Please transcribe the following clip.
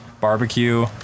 barbecue